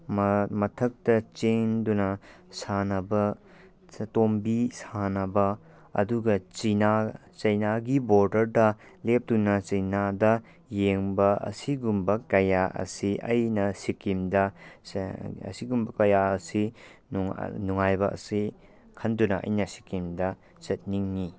ꯃꯊꯛꯇ ꯆꯦꯟꯗꯨꯅ ꯁꯥꯟꯅꯕ ꯇꯣꯡꯕꯤ ꯁꯥꯟꯅꯕ ꯑꯗꯨꯒ ꯆꯩꯅꯥꯒꯤ ꯕꯣꯔꯗꯔꯗ ꯂꯦꯞꯇꯨꯅ ꯆꯩꯅꯥꯗ ꯌꯦꯡꯕ ꯑꯁꯤꯒꯨꯝꯕ ꯀꯌꯥ ꯑꯁꯤ ꯑꯩꯅ ꯁꯤꯛꯀꯤꯝꯗ ꯀꯌꯥ ꯑꯁꯤ ꯅꯨꯡꯉꯥꯏꯕ ꯑꯁꯤ ꯈꯟꯗꯨꯅ ꯑꯩꯅ ꯁꯤꯛꯀꯤꯝꯗ ꯆꯠꯅꯤꯡꯏ